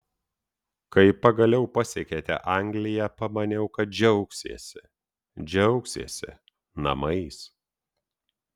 kai pagaliau pasiekėte angliją pamaniau kad džiaugsiesi džiaugsiesi namais